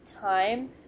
Time